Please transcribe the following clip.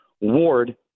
Ward